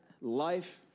life